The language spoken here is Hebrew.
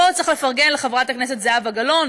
פה צריך לפרגן לחברת הכנסת לשעבר זהבה גלאון,